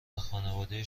خانواده